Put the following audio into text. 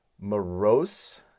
morose